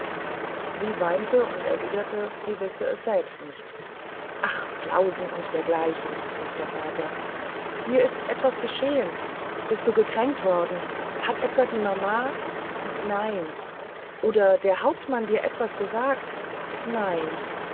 sie weinte und erwiderte sie wisse es selbst nicht ah flausen und dergleichen rief der vater dir ist etwas geschehen bist du gekränkt worden hat etwa die mama nein oder der hauptmann dir etwas gesagt nein